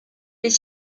des